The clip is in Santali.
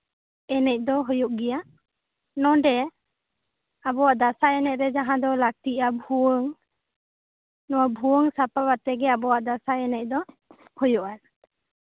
ᱫᱟᱸᱥᱟᱭ ᱮᱱᱮᱡ ᱫᱚ ᱦᱩᱭᱩᱜ ᱜᱮᱭᱟ ᱱᱚᱰᱮ ᱟᱵᱚᱣᱟᱜ ᱫᱟᱸᱥᱟᱭ ᱮᱱᱮᱡᱨᱮ ᱞᱟᱹᱠᱛᱤᱜᱼᱟ ᱵᱷᱩᱭᱟᱹᱝ ᱱᱚᱣᱟ ᱵᱷᱩᱣᱟᱹᱝ ᱥᱟᱯᱟᱯ ᱟᱛᱮᱜ ᱜᱮ ᱟᱵᱚᱣᱟᱜ ᱫᱟᱸᱥᱟᱭ ᱮᱱᱮᱡ ᱫᱚ ᱦᱩᱭᱩᱜᱼᱟ